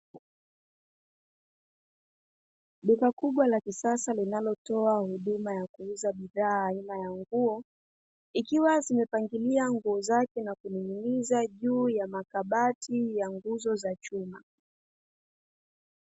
Duka kubwa la kisasa linalotoa huduma ya kuuza bidhaa aina ya nguo, ikiwa zimepangilia nguo zake na kuning’ing’iniza juu ya makabati ya nguzo za chuma.